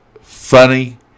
funny